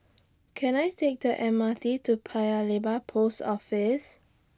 Can I Take The M R T to Paya Lebar Post Office